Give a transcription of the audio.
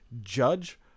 Judge